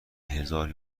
هزار